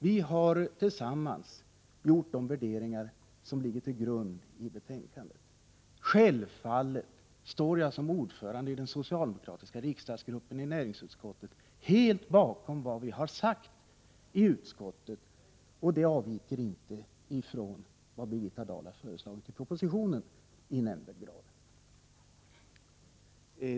Vi står gemensamt för de värderingar som ligger till grund för betänkandet. Självfallet står jag som ordförande i socialdemokratiska gruppen i näringsutskottet helt bakom vad vi har sagt i utskottet, och det avviker inte i nämnvärd grad från vad Birgitta Dahl har föreslagit i propositionen.